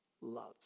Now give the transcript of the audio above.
loves